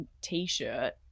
T-shirt